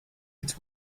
its